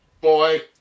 boy